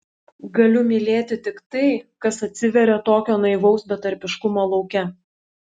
galiu mylėti tik tai kas atsiveria tokio naivaus betarpiškumo lauke